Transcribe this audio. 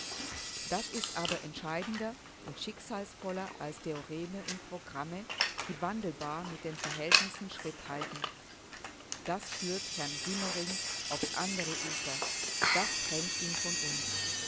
das aber ist entscheidender und schicksalsvoller als theoreme und programme die wandelbar mit den verhältnissen schritt halten das führt herrn siemering aufs andere ufer das trennt ihn von uns